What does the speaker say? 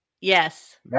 Yes